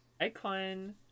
Icon